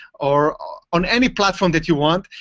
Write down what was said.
or on any platform that you want,